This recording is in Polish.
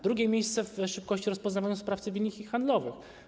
Drugie miejsce pod względem szybkości rozpoznawania spraw cywilnych i handlowych.